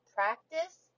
practice